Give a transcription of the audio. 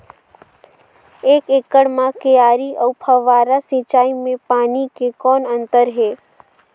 एक एकड़ म क्यारी अउ फव्वारा सिंचाई मे पानी के कौन अंतर हे?